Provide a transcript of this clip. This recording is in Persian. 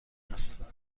هستند